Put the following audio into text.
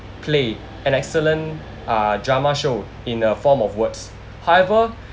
play an excellent uh drama show in a form of words however